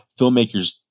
filmmakers